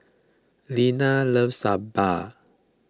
Linna loves Sambar